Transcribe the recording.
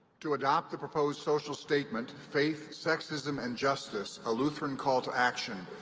to adopt the proposed social statement, faith, sexism, and justice a lutheran call to action,